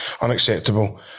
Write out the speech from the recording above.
unacceptable